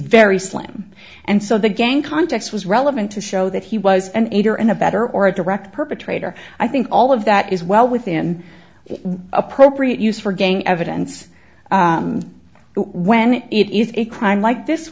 very slim and so the gang context was relevant to show that he was an editor and a better or a direct perpetrator i think all of that is well within appropriate use for gang evidence when it is a crime like this